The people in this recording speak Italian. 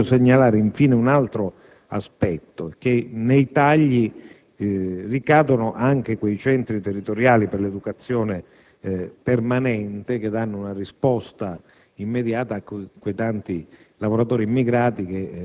Vorrei segnalare, infine, un altro aspetto. Nei tagli ricadono anche quei centri territoriali per l'educazione permanente che danno una risposta immediata ai tanti lavoratori